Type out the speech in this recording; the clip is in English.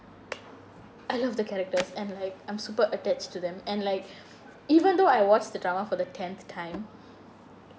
I love the characters and like I'm super attached to them and like even though I watched the drama for the tenth next time